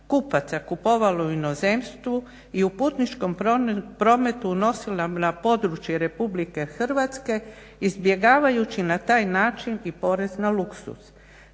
kupaca kupovalo u inozemstvu i u putničkom prometu unosila na područje Republike Hrvatske izbjegavajući na taj način i porez na luksuz.